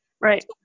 Right